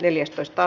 asia